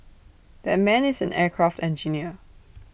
that man is an aircraft engineer